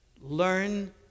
learn